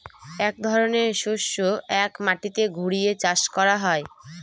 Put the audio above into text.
অনেক ধরনের শস্য এক মাটিতে ঘুরিয়ে চাষ করা হয়